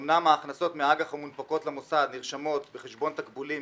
אומנם ההכנסות מהאג"ח המונפקות למוסד נרשמות בחשבון תגמולים